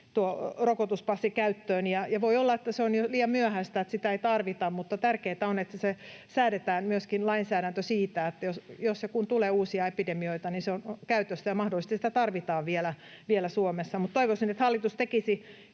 rokotuspassi käyttöön. Voi olla, että se on jo liian myöhäistä, että sitä ei tarvita, mutta tärkeintä on, että säädetään myöskin lainsäädäntö niin, että jos ja kun tulee uusia epidemioita, niin se on käytössä, ja mahdollisesti sitä tarvitaan vielä Suomessa. Toivoisin, että hallitus tekisi